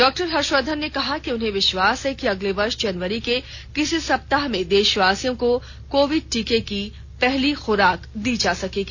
doctor Harshvardhan ने कहा कि उन्हें विश्वास है कि अगले वर्ष जनवरी के किसी सप्ताह में देशवासियों को कोविड टीके की पहली खुराक दी जा सकेगी